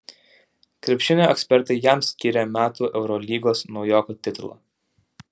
krepšinio ekspertai jam skyrė metų eurolygos naujoko titulą